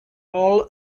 all